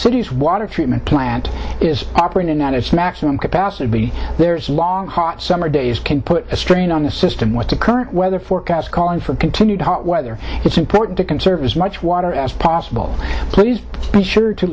city's water treatment plant is operating at its maximum capacity there is long hot summer days can put a strain on the system with the current weather forecast calling for continued hot weather it's important to conserve as much water as possible please be sure to